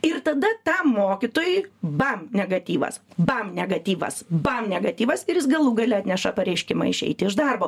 ir tada tam mokytojui bam negatyvas bam negatyvas bam negatyvas ir jis galų gale atneša pareiškimą išeiti iš darbo